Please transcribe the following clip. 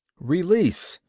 release!